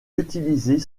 utiliser